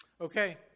Okay